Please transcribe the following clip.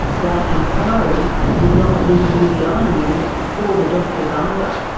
that inquiry did not interview the ironwomen or the doctors either.